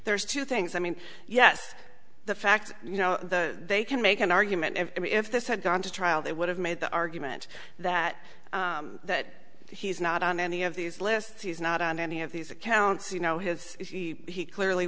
there's two things i mean yes the fact you know the they can make an argument i mean if this had gone to trial they would have made the argument that that he's not on any of these lists he's not on any of these accounts you know his he clearly